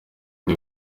ndi